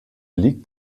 liegt